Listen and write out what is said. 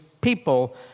people